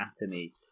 anatomy